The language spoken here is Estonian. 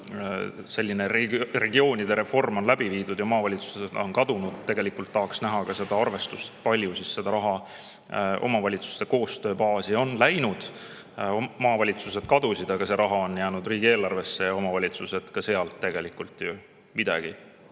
kus regioonide reform on ellu viidud ja maavalitsused on kadunud, tahaks tegelikult näha ka seda arvestust, kui palju siis on raha omavalitsuste koostööbaasi läinud. Maavalitsused kadusid, aga see raha on jäänud riigieelarvesse ja omavalitsused ka sealt tegelikult ju midagi